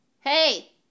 Hey